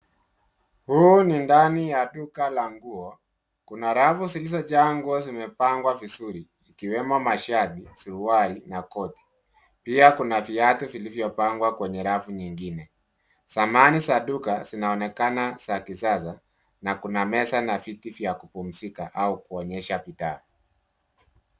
Huu ni ndani ya duka la nguo. Kuna rafu zilizojaa nguo zimepangwa vizuri, zikiwemo mashati, suruali, makoti na viatu kwenye rafu nyingine. Samani za duka ni za kisasa, na kuna meza pamoja na viti vya kupumzika au kuonyesha bidhaa tamu. Mpangilio huu husaidia mteja kuchagua kwa urahisi, huku duka likionekana safi na linalovutia.